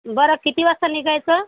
बरं किती वाजता निघायचं